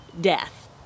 death